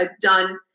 done